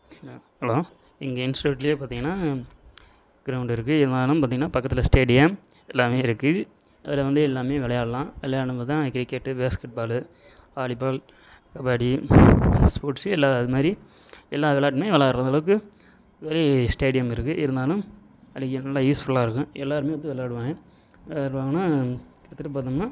hello எங்கள் இன்ஸ்ட்யூட்லியே பார்த்தீங்கன்னா கிரௌண்டு இருக்குது இருந்தாலும் பார்த்தீங்கன்னா பக்கத்தில் ஸ்டேடியம் எல்லாமே இருக்குது அதில் வந்து எல்லாமே விளையாடலாம் விளையானம்மோதான் cricket basketball volleyball kabaddi sports எல்லா இது மாதிரி எல்லா விளாட்டுமே விளாடுறது அளவுக்கு ஒரு ஸ்டேடியம் இருக்குது இருந்தாலும் நல்லா யூஸ்ஃபுல்லாக இருக்கும் எல்லாருமே வந்து விளாடுவாங்க விளாடறவுங்கனா கிட்டத்தட்ட பார்த்தோம்னா